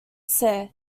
ste